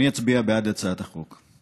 אני אצביע בעד הצעת החוק.